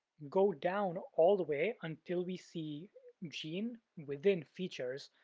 go down all the way until we see gene within features,